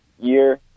year